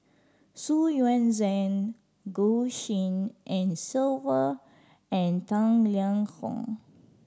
Xu Yuan Zhen Goh Tshin En Sylvia and Tang Liang Hong